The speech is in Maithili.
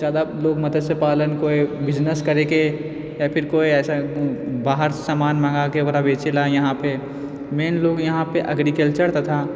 जादा लोग मत्स्य पालन कोइ बिजनेस करैके या फिर कोइ ऐसा बाहर सामान मंगाके ओकरा बेचेला इहाँ पर मेन लोग इहाँ पर एग्रीकल्चर तथा